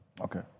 Okay